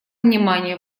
внимание